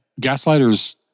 Gaslighters